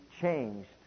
changed